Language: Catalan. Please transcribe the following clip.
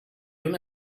una